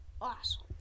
Awesome